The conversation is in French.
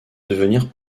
devenir